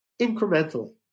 incrementally